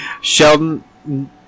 Sheldon